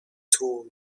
tools